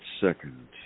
second